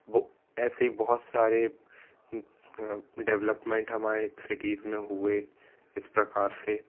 वो ऐसे ही बहुत सारे डेवलप्मेंट हमारी सिटीज़ में हुएं इस प्रकार से